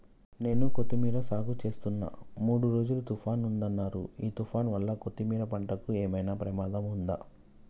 నేను కొత్తిమీర సాగుచేస్తున్న మూడు రోజులు తుఫాన్ ఉందన్నరు ఈ తుఫాన్ వల్ల కొత్తిమీర పంటకు ఏమైనా ప్రమాదం ఉందా?